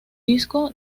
disco